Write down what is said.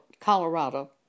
Colorado